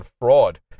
fraud